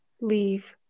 leave